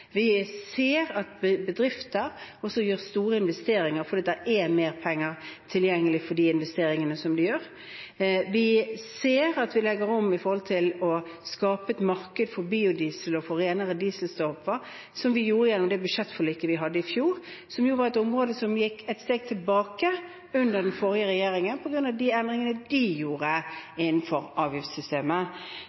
Vi ser at bedrifter gjør store investeringer fordi det er mer penger tilgjengelig for de investeringene som de gjør. Vi legger om for å skape et marked for biodiesel og renere dieseldrivstoffer. Det gjorde vi gjennom det budsjettforliket som vi hadde i fjor, på et område som gikk et steg tilbake under den forrige regjeringen på grunn av de endringene de gjorde innenfor avgiftssystemet.